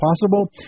possible